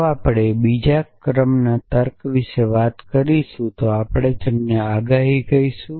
જો આપણે બીજા ક્રમના તર્ક વિશે વાત કરીશું તો આપણે તેમને પ્રિડિકેટ કહીશું